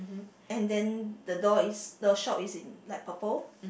and then the door is the shop is in light purple